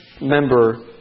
member